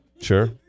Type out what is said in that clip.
Sure